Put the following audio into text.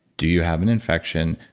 do you have an infection?